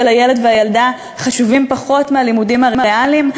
הילד והילדה חשובים פחות מהלימודים הריאליים?